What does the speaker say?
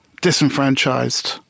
disenfranchised